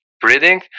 breathing